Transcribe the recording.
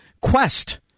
quest